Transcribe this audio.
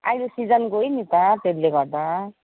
अहिले सिजन गयो नि त त्यसले गर्दा